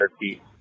feet